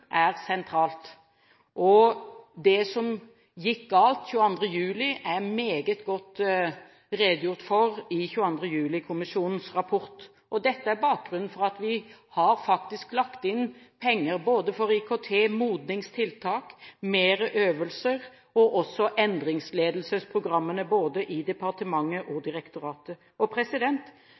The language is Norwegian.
er sentralt, og det som gikk galt 22. juli, er meget godt redegjort for i 22. juli-kommisjonens rapport. Dette er bakgrunnen for at vi faktisk har lagt inn penger både til IKT, modningstiltak, mer øvelser og også til endringsledelsesprogrammene både i departementet og direktoratet.